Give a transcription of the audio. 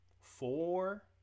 four